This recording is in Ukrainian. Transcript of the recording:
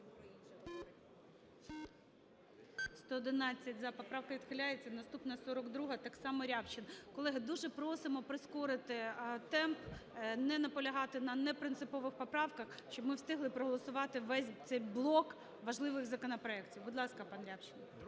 За-111 Поправка відхиляється. Наступна – 42-а. Так само Рябчин. Колеги, дуже просимо прискорити темп, не наполягати на непринципових поправках, щоб ми встигли проголосувати весь цей блок важливих законопроектів. Будь ласка, пан Рябчин.